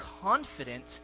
confident